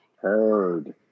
Heard